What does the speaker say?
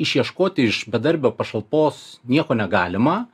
išieškoti iš bedarbio pašalpos nieko negalima